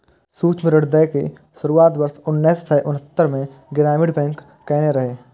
सूक्ष्म ऋण दै के शुरुआत वर्ष उन्नैस सय छिहत्तरि मे ग्रामीण बैंक कयने रहै